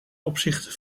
opzichte